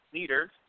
Leaders